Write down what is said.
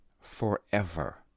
forever